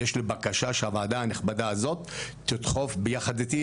יש לי בקשה שהוועדה הנכבדה הזאת תדחוף ביחד איתי,